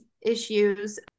issues